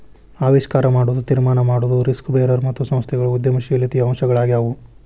ಆವಿಷ್ಕಾರ ಮಾಡೊದು, ತೀರ್ಮಾನ ಮಾಡೊದು, ರಿಸ್ಕ್ ಬೇರರ್ ಮತ್ತು ಸಂಸ್ಥೆಗಳು ಉದ್ಯಮಶೇಲತೆಯ ಅಂಶಗಳಾಗ್ಯಾವು